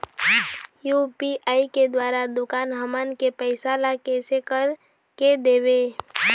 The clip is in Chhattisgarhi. यू.पी.आई के द्वारा दुकान हमन के पैसा ला कैसे कर के देबो?